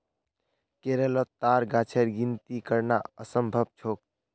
केरलोत ताड़ गाछेर गिनिती करना असम्भव छोक